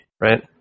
right